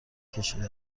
کشیده